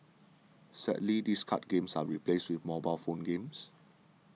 sadly these card games are replaced with mobile phone games